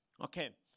Okay